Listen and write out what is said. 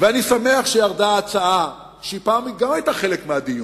אני שמח שירדה הצעה, שפעם גם היא היתה חלק מהדיון,